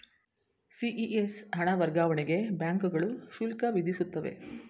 CES ಹಣ ವರ್ಗಾವಣೆಗೆ ಬ್ಯಾಂಕುಗಳು ಶುಲ್ಕ ವಿಧಿಸುತ್ತವೆ